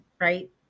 right